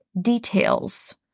details